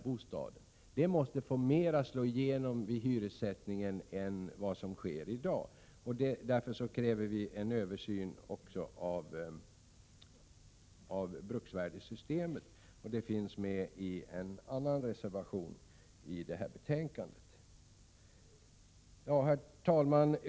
Bostadens läge måste få slå igenom vid hyressättningen i större utsträckning än vad som sker i dag. Därför kräver vi en översyn av bruksvärdessystemet. Det tas upp i reservation 26 i detta betänkande. Herr talman!